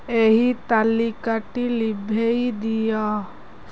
ଏହି ତାଲିକାଟି ଲିଭାଇ ଦିଅ